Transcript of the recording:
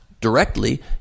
directly